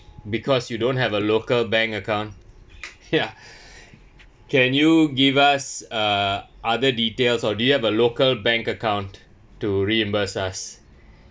because you don't have a local bank account ya can you give us uh other details or do you have a local bank account to reimburse us